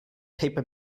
paper